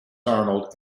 arnold